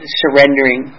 surrendering